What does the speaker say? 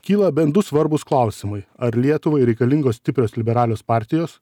kyla bent du svarbūs klausimai ar lietuvai reikalingos stiprios liberalios partijos